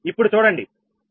ఇప్పుడు చూడండి 𝜆1𝑚in46